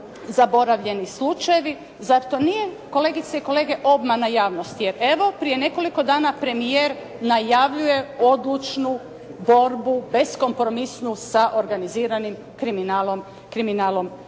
zaboravljeni slučajevi. Zar to nije, kolegice i kolege obmana javnosti? Jer evo, prije nekoliko dana premijer najavljuje odlučnu borbu, beskompromisnu sa organiziranim kriminalom,